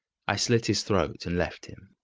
i slit his throat and left him.